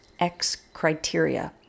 xcriteria